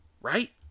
right